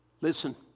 listen